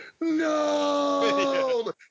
no